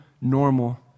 normal